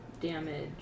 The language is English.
damage